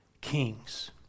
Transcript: kings